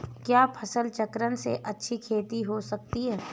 क्या फसल चक्रण से अच्छी खेती हो सकती है?